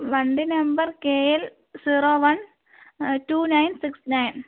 വണ്ടി നമ്പർ K L zero one two nine six nine